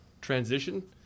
transition